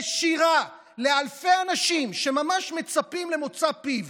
ישירה, לאלפי אנשים שממש מצפים למוצא פיו,